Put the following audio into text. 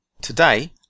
Today